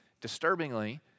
disturbingly